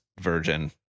virgin